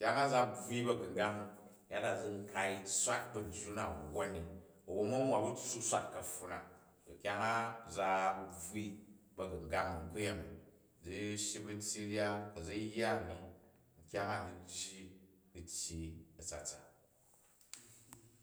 Kyang za bvwui ba̱gu̱ngang ni yada zi kai swat bajju na wwon ni, wwon u mu nwna bu tssup swat ka̱pfun na. To kyang a za bvwni ba̱gu̱ngang ni kuyemi. Zi shi bu ntyyi rya, ku̱ zi yya a̱nni nkyang a ni yyi u tyyi a̱tsatsak.